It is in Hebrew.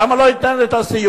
למה לא לתת את הסיוע?